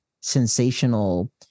sensational